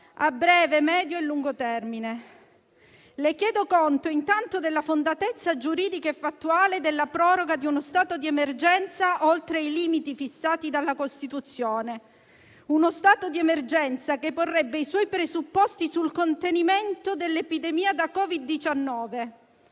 a breve, medio e lungo termine. Le chiedo conto intanto della fondatezza giuridica e fattuale della proroga di uno stato d'emergenza oltre i limiti fissati dalla Costituzione. Lo stato d'emergenza porrebbe i suoi presupposti sul contenimento dell'epidemia da Covid-19,